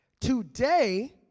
Today